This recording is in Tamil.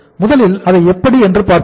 முதலில் அதை எப்படி என்று பார்ப்போம்